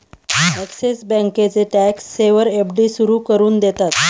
axis बँकेचे tax saver FD सुरू करून देतात